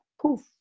Poof